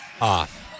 off